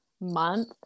month